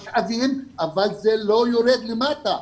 אבל זה לא יורד למטה.